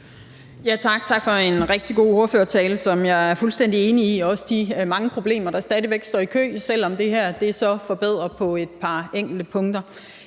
tak for en rigtig god ordførertale, som jeg er fuldstændig enig i, også i de mange problemer, der stadig væk står i kø, selv om det her så forbedrer et par enkelte punkter.